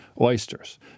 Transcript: oysters